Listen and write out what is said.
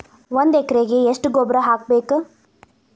ಒಂದ್ ಎಕರೆಗೆ ಎಷ್ಟ ಗೊಬ್ಬರ ಹಾಕ್ಬೇಕ್?